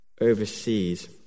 overseas